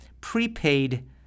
prepaid